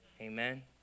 Amen